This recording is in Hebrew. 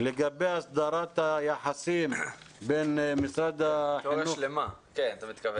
לגבי הסדרת היחסים בין משרד החינוך --- תיאוריה שלמה אתה מתכוון.